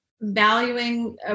valuing